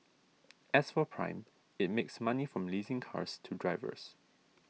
as for Prime it makes money from leasing cars to drivers